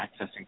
accessing